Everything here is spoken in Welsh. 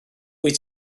wyt